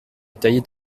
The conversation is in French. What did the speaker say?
détaillée